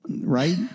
right